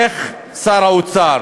איך שר האוצר